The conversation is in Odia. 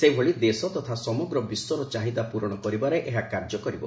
ସେହିଭଳି ଦେଶ ତଥା ସମଗ୍ର ବିଶ୍ୱର ଚାହିଦା ପ୍ରରଶ କରିବାରେ ଏହାକାର୍ଯ୍ୟ କରିବ